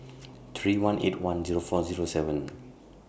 three one eight one Zero four Zero seven